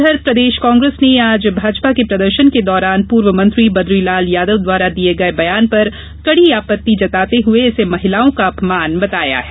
उधर प्रदेश कांग्रेस ने आज भाजपा के प्रदर्शन के दौरान पूर्व मंत्री बद्गीलाल यादव द्वारा दिये गये बयान पर कड़ी आपत्ति जताते हुए इसे महिलाओं का अपमान बताया है